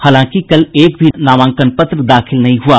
हालांकि कल एक भी नामांकन पत्र दाखिल नहीं हुआ